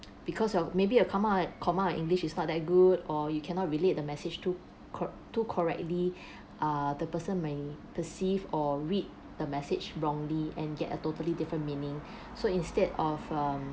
because of maybe a comma comma in which is not that good or you cannot relate the message to co~ to correctly err the person may perceive or read the message wrongly and get a totally different meaning so instead of um